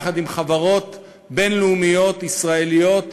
יחד עם חברות בין-לאומיות ישראליות וערביות.